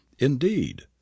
Indeed